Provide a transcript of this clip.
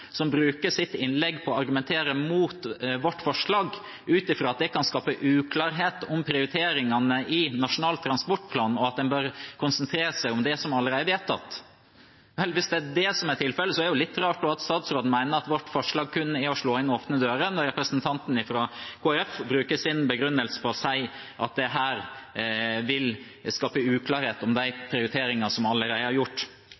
som bruker sitt innlegg på å argumentere mot vårt forslag ut fra at det kan skape uklarhet om prioriteringene i Nasjonal transportplan, og at man bør konsentrere seg om det som allerede er vedtatt. Hvis det er det som er tilfellet, er det jo litt rart at statsråden mener at vårt forslag kun er å slå inn åpne dører, når representanten fra Kristelig Folkeparti bruker som begrunnelse at dette vil skape uklarhet om de prioriteringene som allerede er gjort.